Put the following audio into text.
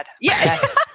Yes